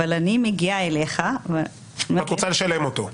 אבל אני מגיעה אליך -- ורוצה לשלם אותו?